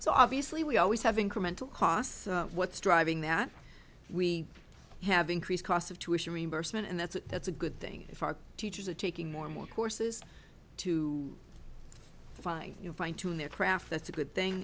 so obviously we always have incremental costs what's driving that we have increased cost of tuition reimbursement and that's that's a good thing if our teachers are taking more and more courses to find you fine tune their craft that's a good thing